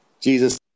jesus